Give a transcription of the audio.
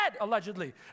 allegedly